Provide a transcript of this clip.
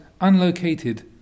unlocated